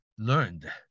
learned